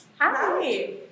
Hi